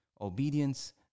Obedience